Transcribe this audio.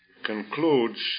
concludes